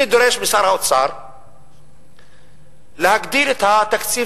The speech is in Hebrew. אני דורש משר האוצר להגדיל את התקציב